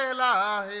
ah la